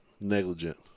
Negligent